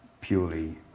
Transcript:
purely